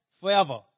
forever